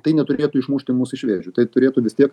tai neturėtų išmušti mus iš vėžių tai turėtų vis tiek